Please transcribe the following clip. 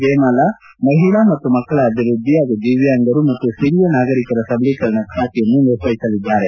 ಜಯಮಾಲಾ ಮಹಿಳಾ ಮತ್ತು ಮಕ್ಕಳ ಅಭಿವೃದ್ಧಿ ಹಾಗೂ ದಿವ್ಯಾಂಗರು ಮತ್ತು ಹಿರಿಯ ನಾಗರಿಕರ ಸಬಲೀಕರಣ ಖಾತೆಯನ್ನು ನಿರ್ವಹಿಸಲಿದ್ದಾರೆ